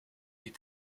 est